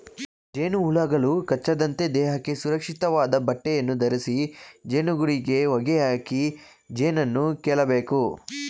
ಜೇನುಹುಳುಗಳು ಕಚ್ಚದಂತೆ ದೇಹಕ್ಕೆ ಸುರಕ್ಷಿತವಾದ ಬಟ್ಟೆಯನ್ನು ಧರಿಸಿ ಜೇನುಗೂಡಿಗೆ ಹೊಗೆಯಾಕಿ ಜೇನನ್ನು ಕೇಳಬೇಕು